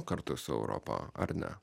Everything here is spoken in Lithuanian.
kartu su europa ar ne